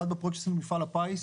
אחד, בפרויקט שעשינו עם מפעל הפיס,